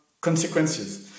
consequences